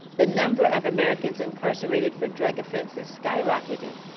the number of americans incarcerated for drug offenses skyrocketed,